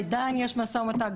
עדיין יש משא-ומתן.